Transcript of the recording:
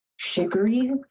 Sugary